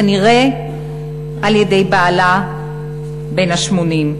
כנראה על-ידי בעלה בן ה-80.